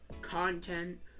content